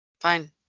fine